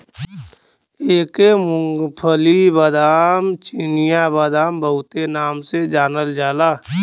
एके मूंग्फल्ली, बादाम, चिनिया बादाम बहुते नाम से जानल जाला